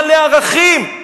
מלא ערכים,